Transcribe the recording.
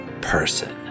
person